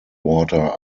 water